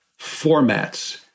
formats